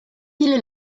viele